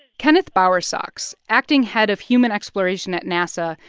kenneth bowersox, acting head of human exploration at nasa,